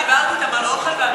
דיברת אתם על אוכל ועל,